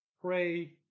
Pray